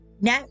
No